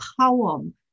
poem